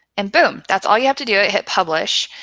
and boom, that's all you have to do. hit publish.